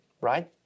right